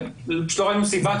פשוט לא ראינו סיבה,